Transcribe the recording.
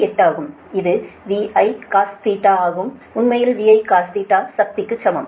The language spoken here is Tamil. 8 ஆகும் இது VIcos ∅ ஆகும் உண்மையில் VIcos ∅ சக்திக்கு சமம்